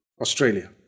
Australia